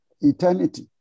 eternity